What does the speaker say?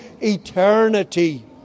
eternity